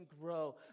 grow